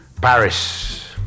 Paris